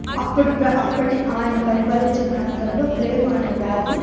అప్పటి అప్పటి ఆయన పరిపాలించే ప్రాంతంలో ప్లేగు అనే వ్యాధి